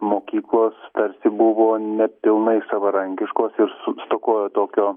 mokyklos tarsi buvo nepilnai savarankiškos ir s stokojo tokio